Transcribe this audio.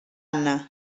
anna